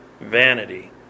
vanity